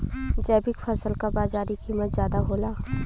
जैविक फसल क बाजारी कीमत ज्यादा होला